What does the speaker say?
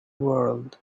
world